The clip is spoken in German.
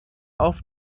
auf